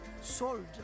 Sold